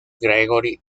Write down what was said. gregory